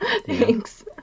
Thanks